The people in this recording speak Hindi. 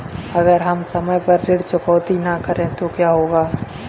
अगर हम समय पर ऋण चुकौती न करें तो क्या होगा?